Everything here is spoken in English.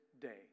day